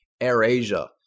AirAsia